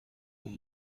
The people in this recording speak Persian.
اون